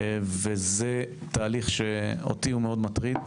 וזה תהליך שאותי הוא מאוד מטריד.